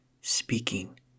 speaking